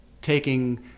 taking